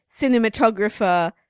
cinematographer